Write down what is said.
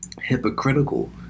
hypocritical